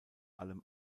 allem